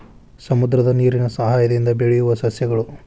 ಸಮುದ್ರದ ನೇರಿನ ಸಯಹಾಯದಿಂದ ಬೆಳಿಯುವ ಸಸ್ಯಗಳು